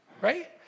right